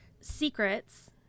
secrets